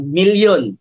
million